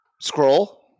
scroll